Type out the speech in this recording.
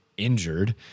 injured